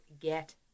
get